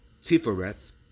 Tifereth